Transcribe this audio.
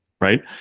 Right